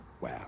Wow